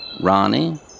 Ronnie